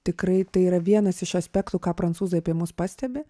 tikrai tai yra vienas iš aspektų ką prancūzai apie mus pastebi